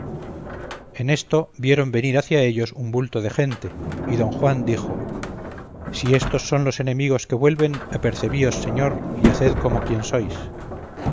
en esto vieron venir hacia ellos un bulto de gente y don juan dijo si éstos son los enemigos que vuelven apercebíos señor y haced como quien sois